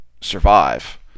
survive